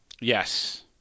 Yes